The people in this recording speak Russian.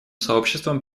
сообществом